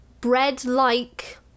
Bread-like